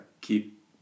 keep